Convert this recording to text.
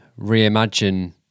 reimagine